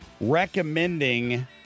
recommending